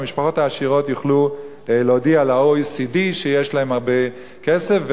המשפחות העשירות יוכלו להודיע ל-OECD שיש להן הרבה כסף,